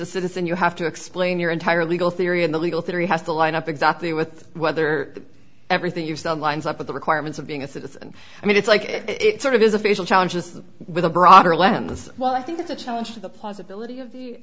a citizen you have to explain your entire legal theory and the legal theory has to line up exactly with whether everything you've done lines up with the requirements of being a citizen i mean it's like it sort of is a facial challenge as with a broader lens well i think it's a challenge to the possibility of